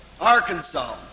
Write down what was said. Arkansas